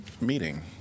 meeting